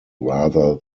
rather